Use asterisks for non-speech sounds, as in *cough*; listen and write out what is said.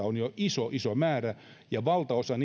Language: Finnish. *unintelligible* on jo iso iso määrä ja valtaosa *unintelligible*